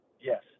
Yes